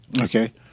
Okay